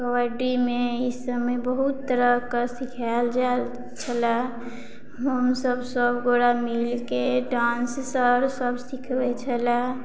कबड्डीमे ई सबमे बहुत तरहके सिखाएल जाए हमसब सब गोड़ा मिलके डांस सर सब सिखबै छलए